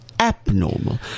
Abnormal